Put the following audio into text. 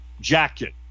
jacket